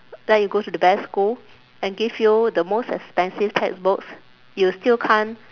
let you go to the best school and give you the most expensive textbooks you still can't